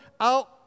out